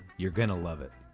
you are going to love it.